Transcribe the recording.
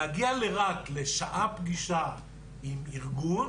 להגיע לרהט לשעה פגישה עם ארגון